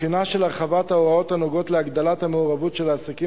בחינה של החלת ההוראות הנוגעות להגדלת המעורבות של העסקים